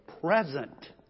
present